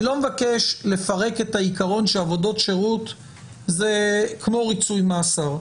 אני לא מבקש לפרק את העיקרון שעבודות שירות זה כמו ריצוי מאסר.